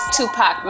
Tupac